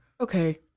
Okay